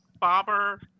Bobber